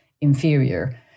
inferior